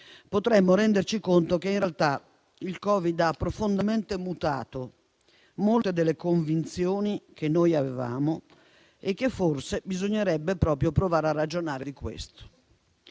potremmo renderci conto che in realtà il Covid ha profondamente mutato molte delle convinzioni che avevamo e forse bisognerebbe proprio provare a ragionare di questo.